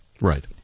Right